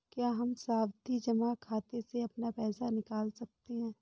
क्या हम सावधि जमा खाते से अपना पैसा निकाल सकते हैं?